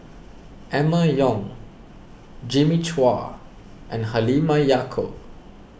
Emma Yong Jimmy Chua and Halimah Yacob